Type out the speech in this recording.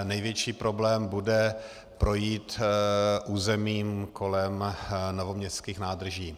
Největší problém bude projít územím kolem novoměstských nádrží.